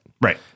Right